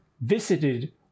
visited